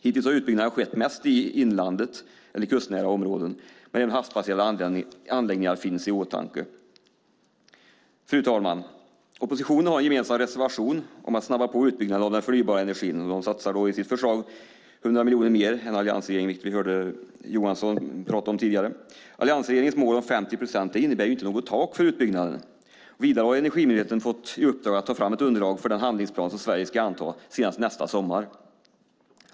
Hittills har utbyggnaden skett mest i inlandet eller i kustnära områden. Men även havsbaserade anläggningar finns i åtanke. Fru talman! Oppositionen har en gemensam reservation om att snabba på utbyggnaden av den förnybara energin, och de satsar i sitt förslag 100 miljoner mer än alliansregeringen. Vi hörde Johansson prata om det tidigare. Alliansregeringens mål om 50 procent innebär inte något tak för utbyggnaden. Vidare har Energimyndigheten fått i uppdrag att ta fram ett underlag för den handlingsplan som Sverige ska anta senast nästa sommar.